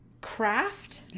Craft